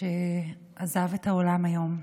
שעזב את העולם היום.